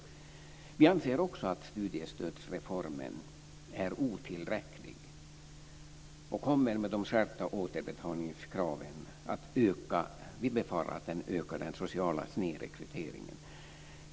Vi anser också att studiestödsreformen är otillräcklig. Vi befarar att de skärpta återbetalningskraven kommer att öka den sociala snedrekryteringen.